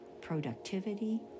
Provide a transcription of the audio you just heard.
productivity